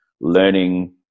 learning